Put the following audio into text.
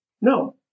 No